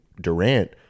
Durant